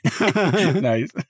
nice